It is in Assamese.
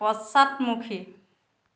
পশ্চাদমুখী